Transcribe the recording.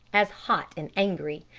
as hot and angry,